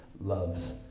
loves